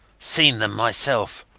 seen them myself.